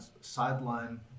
sideline